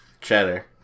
cheddar